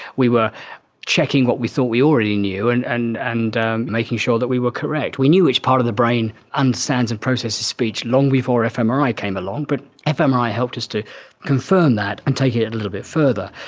we were checking what we thought we already knew and and and making sure that we were correct. we knew which part of the brain understands and processes speech long before fmri came along, but fmri helped us to confirm that and take it a little bit further.